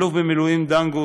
האלוף במילואים דנגוט,